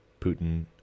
Putin